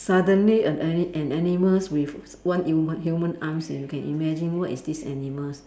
suddenly an a~ an animal with one human human arms can imagine what is this animal